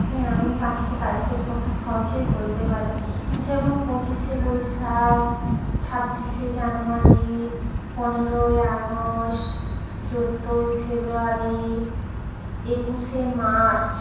হ্যাঁ আমি পাঁচটি তারিখের কথা সহজেই বলতে পারি যেমন পঁচিশে বৈশাখ ছাব্বিশে জানুয়ারি পনেরোই আগস্ট চোদ্দোই ফেব্রুয়ারি একুশে মার্চ